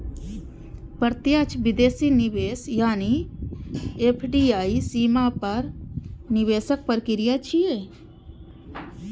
प्रत्यक्ष विदेशी निवेश यानी एफ.डी.आई सीमा पार निवेशक प्रक्रिया छियै